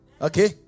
Okay